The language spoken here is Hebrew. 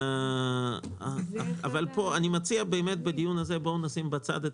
אני מציע שבדיון הזה נשים בצד את